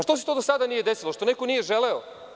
Što se to do sada nije desilo, što neko nije želeo?